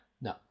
No